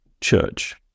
church